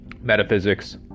Metaphysics